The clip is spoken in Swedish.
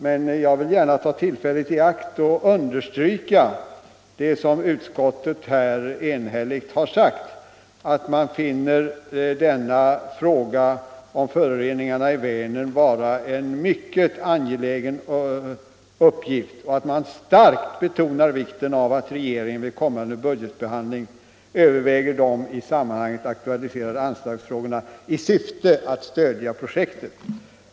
Men jag vill gärna ta tillfället i akt att understryka det som utskottet enhälligt har uttalat, nämligen att man finner arbetet med att försöka minska föroreningarna i Vänern vara en mycket angelägen uppgift och att man starkt betonar vikten av att regeringen vid kommande budgetbehandling överväger de i sammanhanget aktualiserade anslagsfrågorna — i syfte att stödja projektet.